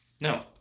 No